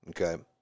okay